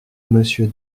monsieur